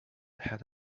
had